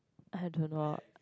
I don't know